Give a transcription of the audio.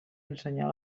ensenyar